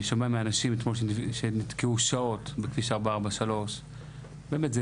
אני שומע מאנשים אתמול שנתקעו שעות בכביש 443. באמת,